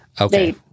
Okay